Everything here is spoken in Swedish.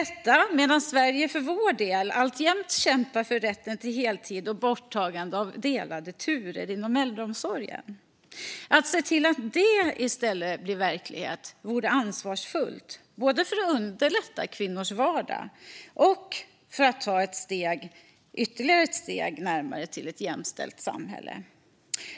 Samtidigt kämpar vi i Sverige alltjämt för rätten till heltid och borttagande av delade turer inom äldreomsorgen. Att se till att det i stället blir verklighet vore ansvarsfullt, både för att underlätta kvinnors vardag och för att ta ytterligare ett steg närmare ett jämställt samhälle.